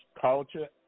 culture